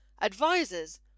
Advisors